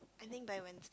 I think by when